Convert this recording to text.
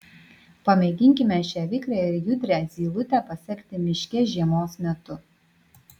pamėginkime šią vikrią ir judrią zylutę pasekti miške žiemos metu